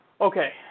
Okay